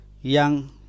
Yang